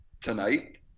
tonight